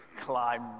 climb